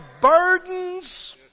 burdens